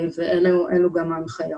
אלה גם ההנחיות.